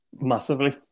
Massively